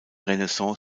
renaissance